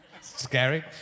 scary